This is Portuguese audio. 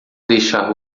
deixar